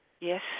yes